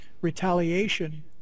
retaliation